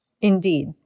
Indeed